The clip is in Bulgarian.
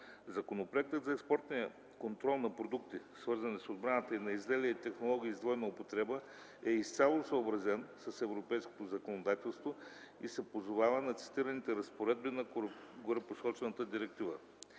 Законопроектът за експортния контрол на продукти, свързани с отбраната, и на изделия и технологии с двойна употреба е изцяло съобразен с европейското законодателство и се позовава на цитираните разпоредби на горепосочената директива.